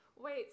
Wait